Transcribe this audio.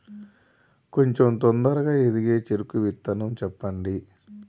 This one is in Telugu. కొంచం తొందరగా ఎదిగే చెరుకు విత్తనం చెప్పండి?